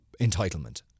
entitlement